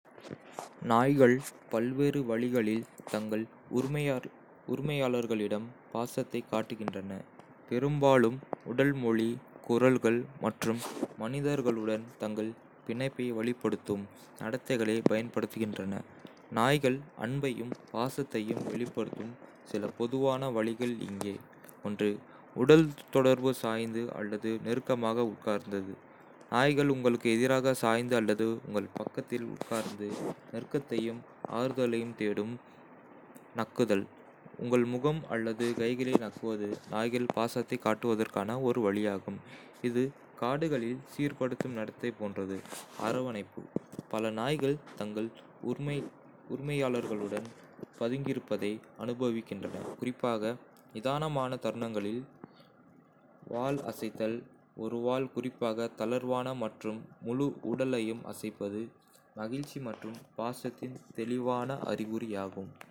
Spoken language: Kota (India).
நாய்கள் பல்வேறு வழிகளில் தங்கள் உரிமையாளர்களிடம் பாசத்தைக் காட்டுகின்றன, பெரும்பாலும் உடல் மொழி, குரல்கள் மற்றும் மனிதர்களுடன் தங்கள் பிணைப்பை வலுப்படுத்தும் நடத்தைகளைப் பயன்படுத்துகின்றன. நாய்கள் அன்பையும் பாசத்தையும் வெளிப்படுத்தும் சில பொதுவான வழிகள் இங்கே: உடல் தொடர்பு சாய்ந்து அல்லது நெருக்கமாக உட்கார்ந்து: நாய்கள் உங்களுக்கு எதிராக சாய்ந்து அல்லது உங்கள் பக்கத்தில் உட்கார்ந்து, நெருக்கத்தையும் ஆறுதலையும் தேடும். நக்குதல்: உங்கள் முகம் அல்லது கைகளை நக்குவது நாய்கள் பாசத்தைக் காட்டுவதற்கான ஒரு வழியாகும், இது காடுகளில் சீர்ப்படுத்தும் நடத்தை போன்றது. அரவணைப்பு: பல நாய்கள் தங்கள் உரிமையாளர்களுடன் பதுங்கியிருப்பதை அனுபவிக்கின்றன, குறிப்பாக நிதானமான தருணங்களில். வால் அசைத்தல் ஒரு வால், குறிப்பாக தளர்வான மற்றும் முழு உடலையும் அசைப்பது, மகிழ்ச்சி மற்றும் பாசத்தின் தெளிவான அறிகுறியாகும்